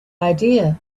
idea